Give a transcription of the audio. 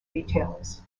retailers